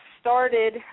started